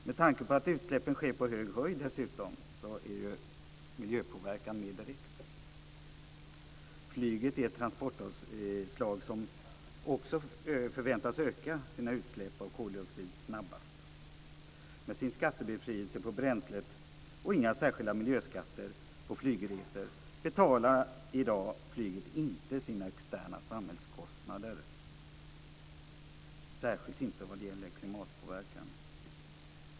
Med tanke på att utsläppen sker på hög höjd är miljöpåverkan dessutom mer direkt. Flyget är det transportslag som också förväntas öka sina utsläpp av koldioxid snabbast. Med skattebefrielse på bränslet och inga särskilda miljöskatter på flygresor betalar flyget i dag inte sina externa samhällskostnader - särskilt inte vad gäller klimatpåverkan.